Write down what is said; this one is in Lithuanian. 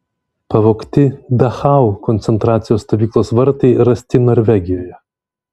pavogti dachau koncentracijos stovyklos vartai rasti norvegijoje